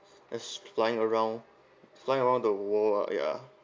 as flying around flying around the world ya